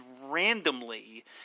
randomly